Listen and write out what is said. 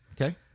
Okay